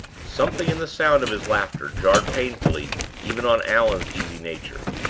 something in the sound of his laughter jarred painfully even on allan's easy nature.